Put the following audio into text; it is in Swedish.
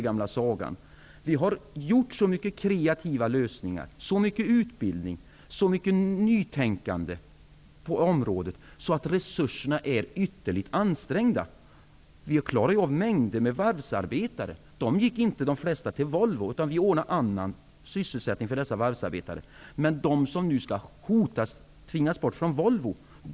Vi har redan gjort så många kreativa lösningar, så mycket utbildning, så mycket nytänkande i området att resurserna är ytterligt ansträngda. Vi klarade av jobb åt mängder av varvsarbetare. De gick inte till Volvo, utan till annan sysselsättning. Det finns inga platser kvar för dem som nu tvingas bort från Volvo.